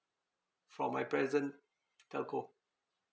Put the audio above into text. from my present telco